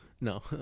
no